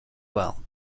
well